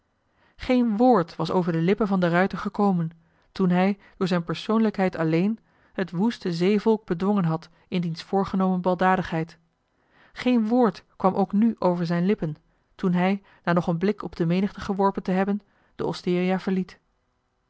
geen woord was over de lippen van de ruijter gekomen toen hij door zijn persoonlijkheid alleen het woeste zeevolk bedwongen had in diens voorgenomen baldadigheid geen woord kwam ook nu over zijn lippen toen hij na nog een blik op de menigte geworpen te hebben de osteria verliet